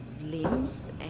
limbs